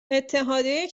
اتحادیه